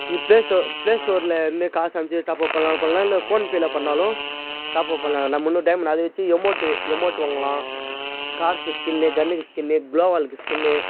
play store play ஸ்டோரில் வந்து காசு அமுச்சு டாப் அப் பண்ணிணாலும் பண்ணலாம் இல்லை ஃபோன்பேயில் பண்ணிணாலும் டாப் அப் பண்ணலாம் ஏன்னால் முந்நூறு டைமென்ட் அதை வெச்சு எம்மோட்டு எம்மோட் வாங்கலாம் காருக்கு ஸ்கின்னு கன்னுக்கு ஸ்கின்னு க்ளோவ் வாலுக்கு ஸ்கின்னு